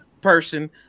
person